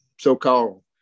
so-called